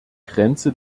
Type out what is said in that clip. grenze